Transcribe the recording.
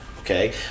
Okay